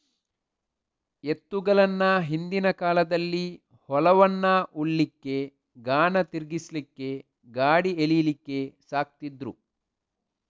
ಎತ್ತುಗಳನ್ನ ಹಿಂದಿನ ಕಾಲದಲ್ಲಿ ಹೊಲವನ್ನ ಉಳ್ಲಿಕ್ಕೆ, ಗಾಣ ತಿರ್ಗಿಸ್ಲಿಕ್ಕೆ, ಗಾಡಿ ಎಳೀಲಿಕ್ಕೆ ಸಾಕ್ತಿದ್ರು